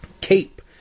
CAPE